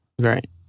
right